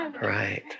right